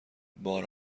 بار